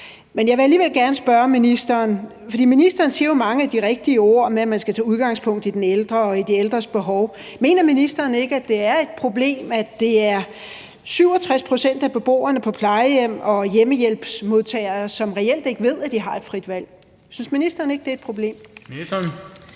en begrænsning og noget, man skal træde ned. Men ministeren siger jo mange af de rigtige ord om, at man skal tage udgangspunkt i de ældre og de ældres behov, så jeg vil alligevel gerne spørge ministeren: Mener ministeren ikke, at det er et problem, at det er 67 pct. af beboerne på plejehjem og hjemmehjælpsmodtagerne, som reelt ikke ved, at de har et frit valg? Synes ministeren ikke, det er et problem?